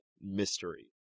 mystery